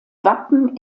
wappen